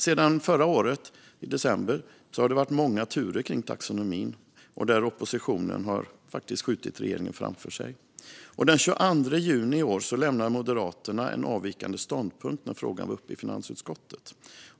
Sedan december förra året har det varit många turer kring taxonomin, där oppositionen skjutit regeringen framför sig. Den 22 juni i år anmälde Moderaterna en avvikande ståndpunkt när frågan var uppe i finansutskottet.